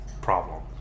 problem